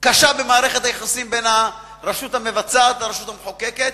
קשה במערכת היחסים בין הרשות המבצעת לרשות המחוקקת.